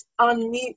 unmute